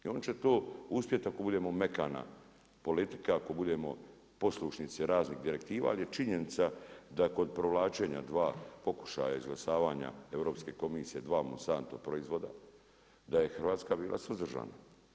I on će to uspjeti ako budemo mekana politika, ako budemo poslušnici raznim direktiva, ali je činjenica da kod provlačenja dva pokušaja izglasavanja Europske komisije dva Monsanto proizvoda, da je Hrvatska bila suzdržana.